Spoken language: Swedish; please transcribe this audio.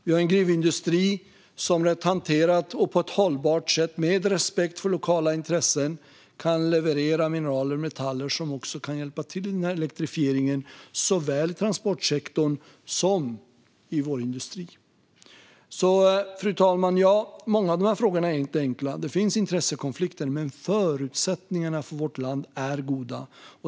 Vi har en gruvindustri som, rätt hanterad, på ett hållbart sätt och med respekt för lokala intressen kan leverera mineraler och metaller som kan hjälpa till i elektrifieringen i såväl transportsektorn som vår industri. Fru talman! Många av de här frågorna är inte enkla - det finns intressekonflikter. Men förutsättningarna för vårt land är goda.